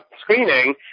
screening